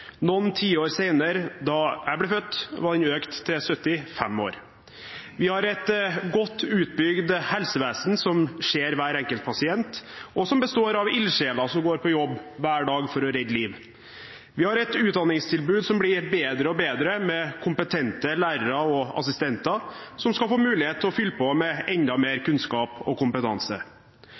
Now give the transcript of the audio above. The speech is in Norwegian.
Noen tiår senere, da jeg ble født, var den økt til 75 år. Vi har et godt utbygd helsevesen, som ser hver enkelt pasient, og som består av ildsjeler som går på jobb hver dag for å redde liv. Vi har et utdanningstilbud som blir bedre og bedre, med kompetente lærere og assistenter, som skal få mulighet til å fylle på med enda mer kunnskap og kompetanse.